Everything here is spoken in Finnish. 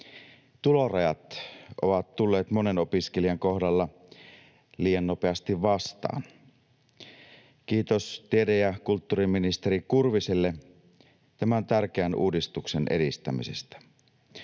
Tulorajat ovat tulleet monen opiskelijan kohdalla liian nopeasti vastaan. Kiitos tiede- ja kulttuuriministeri Kurviselle tämän tärkeän uudistuksen edistämisestä.